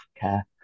care